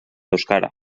euskara